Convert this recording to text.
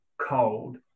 cold